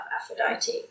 Aphrodite